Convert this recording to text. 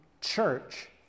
church